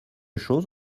chose